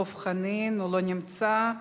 דב חנין, לא נמצא.